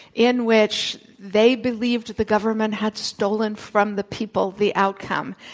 in which they believed the government had stolen from the people the outcome.